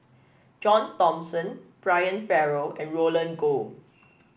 John Thomson Brian Farrell and Roland Goh